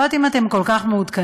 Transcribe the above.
אני לא יודעת אם אתם כל כך מעודכנים,